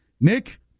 Nick